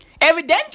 Evidently